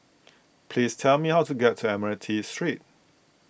please tell me how to get to Admiralty Street